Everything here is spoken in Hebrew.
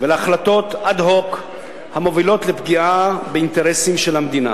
ולהחלטות אד-הוק המביאות לפגיעה באינטרסים של המדינה,